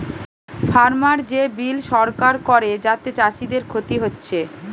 farmer যে bill সরকার করে যাতে চাষীদের ক্ষতি হচ্ছে